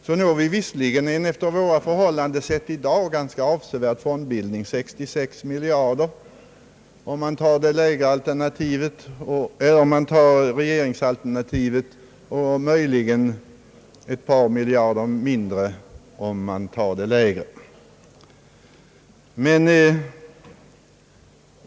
Det finns visserligen en efter våra förhållanden sett i dag ganska avsevärd fondbildning, 66 miljarder kronor, enligt regeringsalternativet och möjligen ett par miljarder kronor mindre enligt det lägre alternativet.